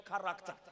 character